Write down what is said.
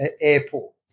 airport